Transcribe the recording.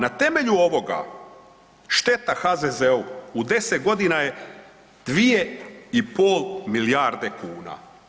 Na temelju ovoga šteta HZZO-u u 10 godina je 2,5 milijarde kuna.